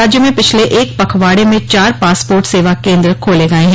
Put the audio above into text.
राज्य में पिछले एक पखवाड़े में चार पासपोर्ट सेवा केन्द्र खोले गये हैं